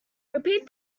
repeat